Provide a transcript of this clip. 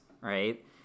right